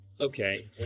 Okay